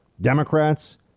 Democrats